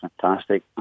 fantastic